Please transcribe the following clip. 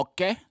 Okay